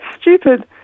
stupid